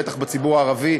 בטח בציבור הערבי,